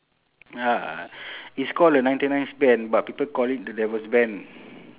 ya it's call the ninety nine bend but people call it the devil's bend